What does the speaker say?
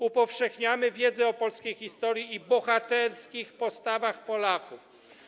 Upowszechniamy wiedzę o polskiej historii i bohaterskich postawach Polaków.